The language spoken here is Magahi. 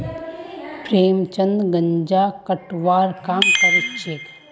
प्रेमचंद गांजा कटवार काम करछेक